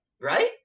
Right